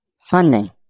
Funding